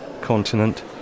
continent